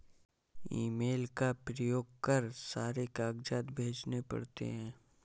email का प्रयोग कर सारे कागजात भेजने पड़ते हैं